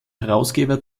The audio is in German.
herausgeber